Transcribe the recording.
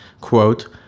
quote